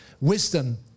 wisdom